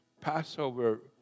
Passover